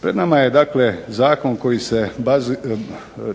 Pred nama je dakle zakon koji se